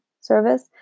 service